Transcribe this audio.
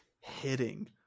hitting